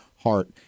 heart